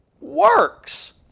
works